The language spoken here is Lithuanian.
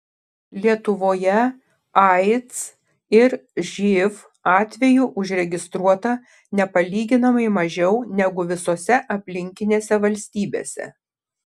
lietuvoje aids ir živ atvejų užregistruota nepalyginamai mažiau negu visose aplinkinėse valstybėse